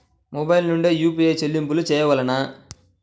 Mobile నుండే UPI చెల్లింపులు చేయవలెనా?